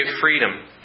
freedom